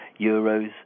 euros